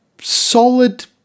solid